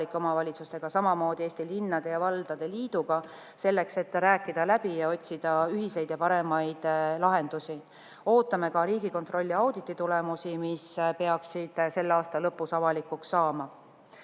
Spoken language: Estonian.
omavalitsustega, samamoodi Eesti Linnade ja Valdade Liiduga, selleks et rääkida läbi ja otsida ühiselt paremaid lahendusi. Ootame ka Riigikontrolli auditi tulemusi, mis peaksid selle aasta lõpus avalikuks saama.